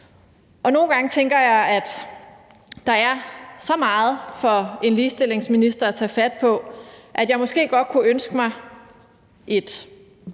Nogle gange tænker jeg, at der er så meget for en ligestillingsminister at tage fat på, at jeg måske godt kunne ønske mig et